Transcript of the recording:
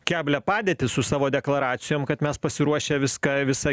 keblią padėtį su savo deklaracijom kad mes pasiruošę viską visą